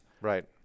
Right